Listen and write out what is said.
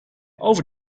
over